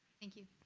thank you.